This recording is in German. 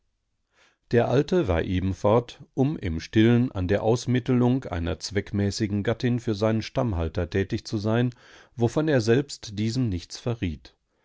der alte war eben fort um im stillen an der ausmittelung einer zweckmäßigen gattin für seinen stammhalter tätig zu sein wovon er selbst diesem nichts verriet